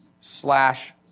slash